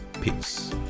Peace